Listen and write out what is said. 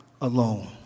alone